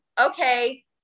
Okay